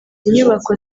inyubako